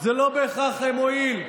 זה לא בהכרח מועיל.